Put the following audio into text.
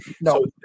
no